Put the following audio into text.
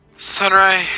Sunray